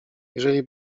jeżeli